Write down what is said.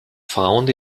found